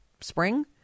spring